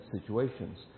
situations